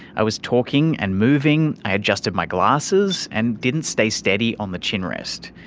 i was talking and moving, i adjusted my glasses and didn't stay steady on the chin rest.